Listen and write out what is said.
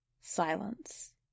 Silence